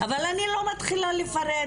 אבל אני לא מתחילה לפרט,